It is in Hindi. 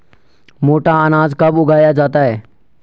मोटा अनाज कब उगाया जाता है?